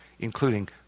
including